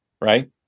right